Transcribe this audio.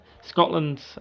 Scotland